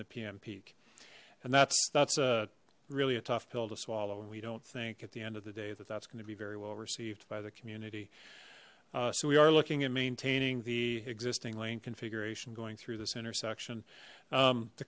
the pm peak and that's that's a really a tough pill to swallow and we don't think at the end of the day that that's going to be very well received by the community so we are looking at maintaining the existing lane configuration going through this intersection